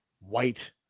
white